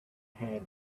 hand